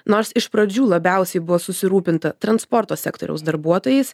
nors iš pradžių labiausiai buvo susirūpinta transporto sektoriaus darbuotojais